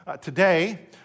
today